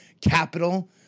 Capital